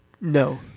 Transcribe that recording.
No